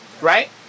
right